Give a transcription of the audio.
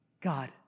God